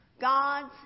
God's